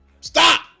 Stop